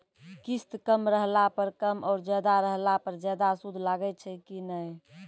किस्त कम रहला पर कम और ज्यादा रहला पर ज्यादा सूद लागै छै कि नैय?